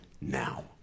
now